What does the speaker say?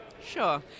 Sure